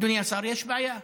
אדוני השר, יש בעיה.